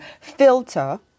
filter